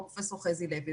או פרופ' חזי לוי,